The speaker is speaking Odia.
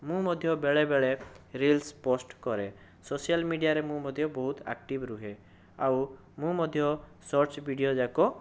ମୁଁ ମଧ୍ୟ ବେଳେବେଳେ ରିଲ୍ସ ପୋଷ୍ଟ କରେ ସୋସିଆଲ ମିଡ଼ିଆରେ ମୁଁ ମଧ୍ୟ ବହୁତ ଆକ୍ଟିଭ ରୁହେ ଆଉ ମୁଁ ମଧ୍ୟ ସର୍ଚ ଭିଡ଼ିଓ ଯାକ